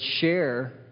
share